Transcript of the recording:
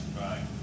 Right